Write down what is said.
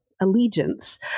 allegiance